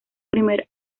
primer